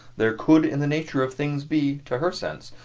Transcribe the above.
there could in the nature of things be, to her sense,